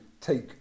take